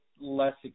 less